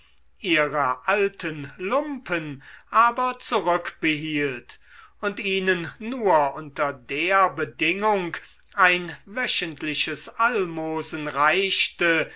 ihre alten lumpen aber zurückbehielt und ihnen nur unter der bedingung ein wöchentliches almosen reichte